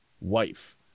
wife